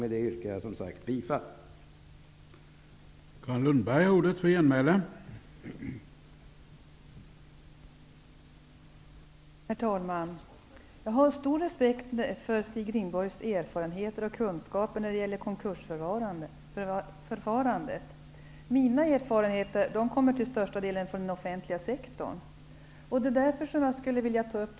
Med detta yrkar jag bifall till utskottets hemställan.